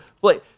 play